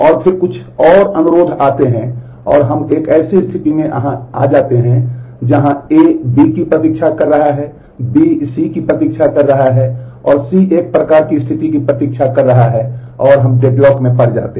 और फिर कुछ और अनुरोध आते हैं और हम एक ऐसी स्थिति में आते हैं जहाँ A B की प्रतीक्षा कर रहा है B C की प्रतीक्षा कर रहा है C एक प्रकार की स्थिति की प्रतीक्षा कर रहा है और हम डेडलॉक में पड़ जाते हैं